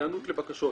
היענות לבקשות.